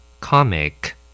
Comic